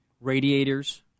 Radiators